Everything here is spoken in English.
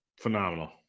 phenomenal